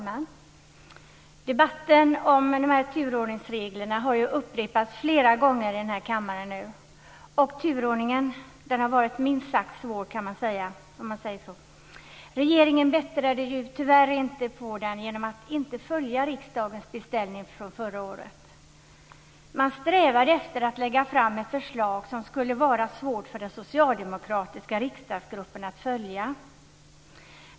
Fru talman! Debatten om turordningsreglerna har nu upprepats flera gånger i den här kammaren. Turordningsfrågan har varit minst sagt svår. Regeringen bättrade ju tyvärr inte på situationen när den inte följde riksdagens beställning från förra året. Man strävade efter att lägga fram ett förslag som skulle vara svårt för den socialdemokratiska riksdagsgruppen att följa.